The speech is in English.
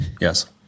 Yes